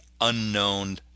unknown